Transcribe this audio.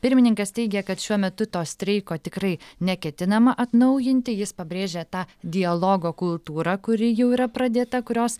pirmininkas teigia kad šiuo metu to streiko tikrai neketinama atnaujinti jis pabrėžia tą dialogo kultūrą kuri jau yra pradėta kurios